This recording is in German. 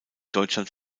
deutschland